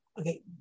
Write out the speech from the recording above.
Okay